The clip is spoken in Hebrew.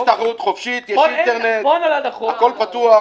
יש תחרות חופשית, יש אינטרנט, הכול פתוח.